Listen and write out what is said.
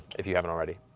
if you haven't already.